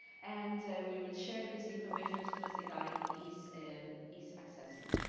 and we will share this information as soon as the guide is and is accessible.